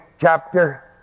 chapter